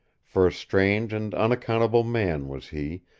for a strange and unaccountable man was he,